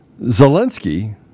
Zelensky